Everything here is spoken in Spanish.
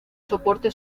soporte